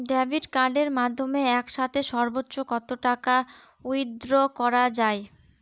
Debit কার্ডের মাধ্যমে একসাথে সর্ব্বোচ্চ কত টাকা উইথড্র করা য়ায়?